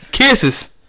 Kisses